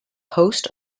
host